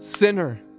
Sinner